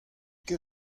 ket